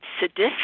sadistic